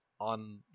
On